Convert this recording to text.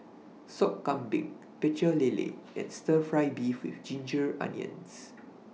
Sop Kambing Pecel Lele and Stir Fry Beef with Ginger Onions